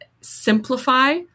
simplify